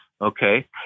Okay